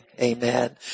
Amen